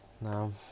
No